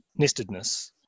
nestedness